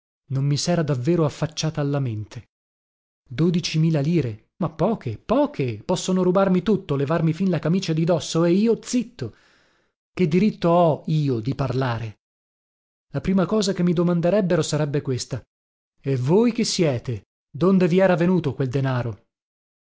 non mi sera davvero affacciato alla mente dodici mila lire ma poche poche possono rubarmi tutto levarmi fin la camicia di dosso e io zitto che diritto ho io di parlare la prima cosa che mi domanderebbero sarebbe questa e voi chi siete donde vi era venuto quel denaro